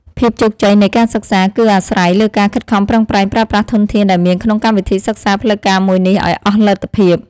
ភាពជោគជ័យនៃការសិក្សា គឺអាស្រ័យលើការខិតខំប្រឹងប្រែងប្រើប្រាស់ធនធានដែលមានក្នុងកម្មវិធីសិក្សាផ្លូវការមួយនេះឱ្យអស់លទ្ធភាព។